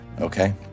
Okay